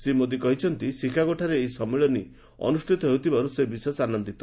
ଶ୍ରୀ ମୋଦି କହିଛନ୍ତି ସିକାଗୋଠାରେ ଏହି ସମ୍ମିଳନୀ ଅନୁଷ୍ଠିତ ହେଉଥିବାରୁ ସେ ବିଶେଷ ଆନନ୍ଦିତ